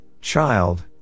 child